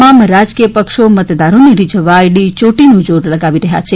તમામ રાજકીય પક્ષો મતદારોને રિઝવવા એડીયોટીનું જોર લગાવી રહ્યા છે